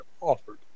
offered